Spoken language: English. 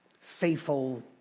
faithful